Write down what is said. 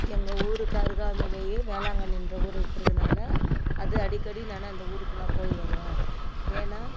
எங்க ஊருக்கு அருகாமைலையே வேளாங்கண்ணி என்ற ஊர் இருக்கிறதுனால அது அடிக்கடி நான் அந்த ஊருக்கு நான் போய் வருவேன் ஏன்னால்